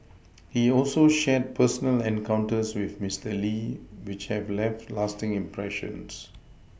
he also shared personal encounters with Mister Lee which have left lasting impressions